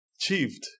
achieved